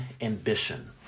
ambition